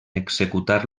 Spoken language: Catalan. executar